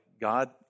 God